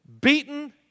beaten